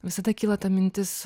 visada kyla ta mintis